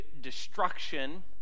destruction